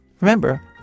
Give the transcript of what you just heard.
remember